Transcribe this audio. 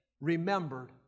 remembered